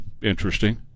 interesting